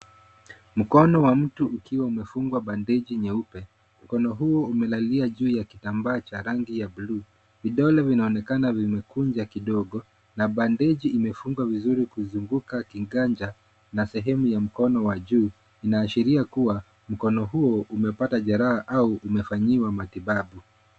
Mkono wa mtu ukiwa umefungwa bandeji nyeupe. Mkono huu umelalia juu ya kitambaa cha rangi ya bluu. Vidole vinaonekana vimekunja kidogo na bandeji imefunga vizuri kuzunguka kiganja na sehemu ya mkono wa juu, inaashiria kua mkono huo umepata jeraha au umefanyiwa matibabu.